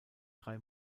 drei